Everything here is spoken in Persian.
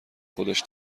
خودش